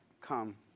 come